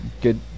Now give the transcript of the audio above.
good